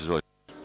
Izvolite.